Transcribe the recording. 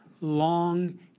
long